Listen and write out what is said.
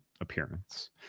appearance